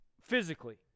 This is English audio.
physically